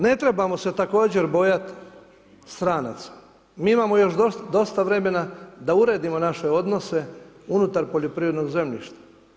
Ne trebamo se također bojati stranaca, mi imamo još dosta vremena da uredimo naše odnose unutar poljoprivrednog zemljišta.